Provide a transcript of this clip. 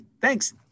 Thanks